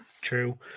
true